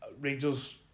Rangers